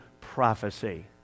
prophecy